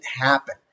happen